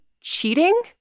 cheating